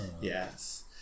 yes